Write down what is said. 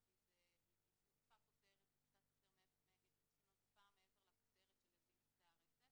כי זה ישים טיפה מעבר לכותרת של ילדים בקצה הרצף.